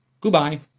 goodbye